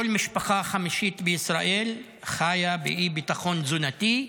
כל משפחה חמישית בישראל חיה באי-ביטחון תזונתי,